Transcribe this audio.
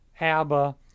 ABBA